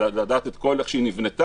לדעת את כל איך שהיא נבנתה,